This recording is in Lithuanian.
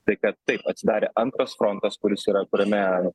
tai kad taip atsidarė antras frontas kuris yra kuriame